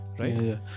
right